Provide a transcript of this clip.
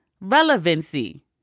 relevancy